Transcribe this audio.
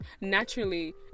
naturally